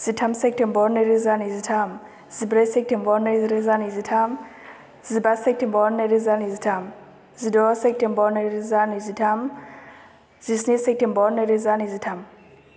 जिथाम सेपथेम्बर नै रोजा नैजि थाम जिब्रै सेपथेम्बर नै रोजा नैजि थाम जिबा सेपथेम्बर नै रोजा नैजि थाम जिद' सेपथेम्बर नै रोजा नैजि थाम जिस्नि सेपथेम्बर नै रोजा नैजि थाम